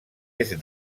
est